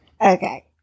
Okay